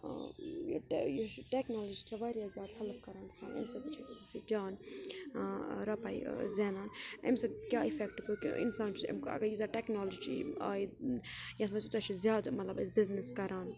یُس یہِ ٹٮ۪کنالجی چھےٚ واریاہ زیادٕ ہٮ۪لٕپ کَران اَمہِ سۭتۍ چھِ جان رۄپاے زٮ۪نان اَمہِ سۭتۍ کیٛاہ اِفٮ۪کٹ پوٚوکہِ اِنسان چھُ اَمہِ اگر ییٖژاہ ٹٮ۪کنالجی آیہِ یَتھ منٛز یوٗتاہ چھُ زیادٕ مطلب أسۍ بِزنِس کَران